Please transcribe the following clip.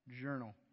Journal